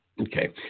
Okay